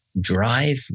drive